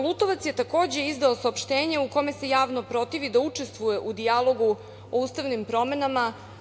Lutovac je takođe izdao saopštenje u kome se javno protivi da učestvuje u dijalogu o ustavnim promenama.